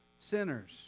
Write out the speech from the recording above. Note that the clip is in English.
sinners